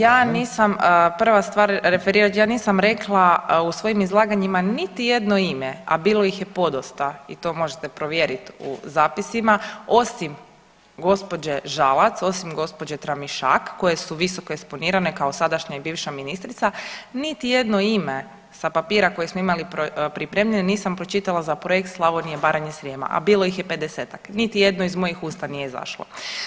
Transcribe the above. Ja nisam prva stvar referirat, ja nisam rekla u svojim izlaganjima niti jedno ime, a bilo ih je podosta i to možete provjeriti u zapisima osim gospođe Žalac, osim gospođe Tramišak koje su visoko eksponirane kao sadašnja i bivša ministrica, niti jedno ime sa papira koje smo imali pripremljen nisam pročitala za projekt Slavonije, Baranje i Srijema, a bilo ih je 50-ak, niti jedno iz mojih usta nije izašlo.